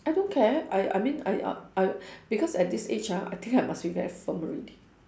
I don't care I I mean I I I because at this age ah I think I must be very firm already